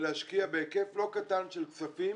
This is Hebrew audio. ולהשקיע בהיקף לא קטן של כספים